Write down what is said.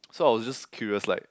so I was just curious like